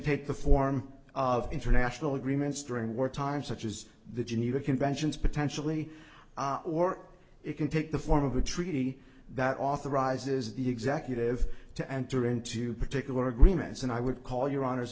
take the form of international agreements during war time such as the geneva conventions potentially or it can take the form of a treaty that authorizes the executive to enter into particular agreements and i would call your honor